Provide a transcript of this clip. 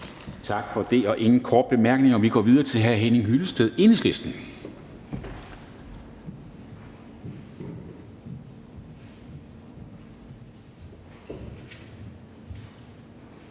Tak for det. Der er ingen korte bemærkninger, og så går vi videre til hr. Henning Hyllested, Enhedslisten.